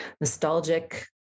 nostalgic